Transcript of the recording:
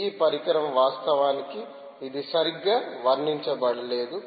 ఈ పరికరం వాస్తవానికి ఇది సరిగ్గా వర్ణించబడలేదు